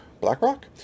BlackRock